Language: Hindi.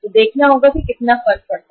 तो देखना होगा कि कितना फर्क पड़ता है